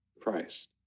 Christ